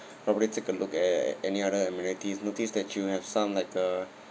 probably take a look at any other amenities notice that you have some like uh